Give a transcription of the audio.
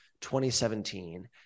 2017